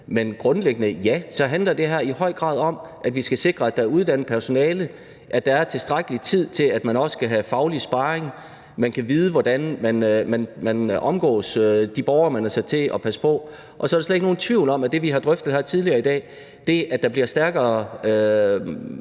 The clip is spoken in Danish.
men grundlæggende ja. Det her handler i høj grad om, at vi skal sikre, at der er uddannet personale, og at der er tilstrækkelig tid til, at man også kan have faglig sparring, og at man kan vide, hvordan man omgås de borgere, man er sat til at passe på. Og så er der slet ikke nogen tvivl om, at det, vi har drøftet her tidligere i dag – altså at der bliver en stærkere